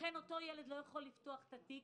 לכן אותו ילד לא יכול לפתוח את התיק,